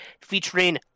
featuring